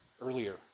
earlier